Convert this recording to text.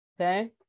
Okay